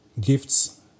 gifts